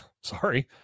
sorry